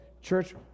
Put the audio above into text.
Church